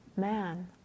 man